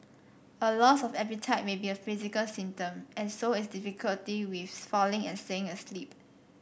a loss of appetite may be a physical symptom and so is difficulty with falling and staying asleep